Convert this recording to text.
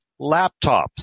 laptops